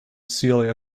celia